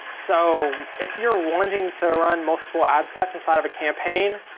so if you're wanting to run multiple ad sets inside of a campaign,